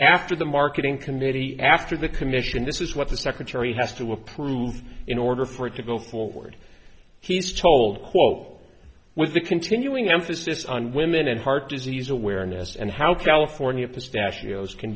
after the marketing committee after the commission this is what the secretary has to approve in order for it to go forward he is told quote with the continuing emphasis on women and heart disease awareness and how california